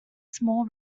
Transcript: small